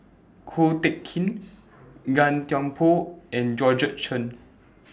Ko Teck Kin Gan Thiam Poh and Georgette Chen